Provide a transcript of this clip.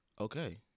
Okay